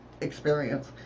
experience